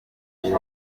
nje